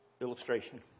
illustration